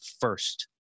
first